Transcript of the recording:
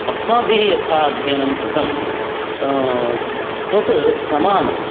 अस्माभिः यथा अध्ययनं कृतं तत् समानं